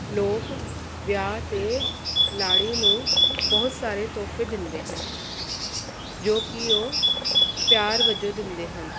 ਲੋਕ ਵਿਆਹ ਤੇ ਲਾੜੀ ਨੂੰ ਬਹੁਤ ਸਾਰੇ ਤੋਹਫੇ ਦਿੰਦੇ ਹਨ ਜੋ ਕਿ ਉਹ ਪਿਆਰ ਵਜੋਂ ਦਿੰਦੇ ਹਨ